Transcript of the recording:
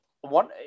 one